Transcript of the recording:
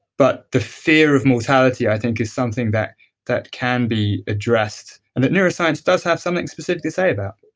but the fear of mortality, i think, is something that that can be addressed and that neuroscience does have something specific to say about